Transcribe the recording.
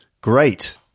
great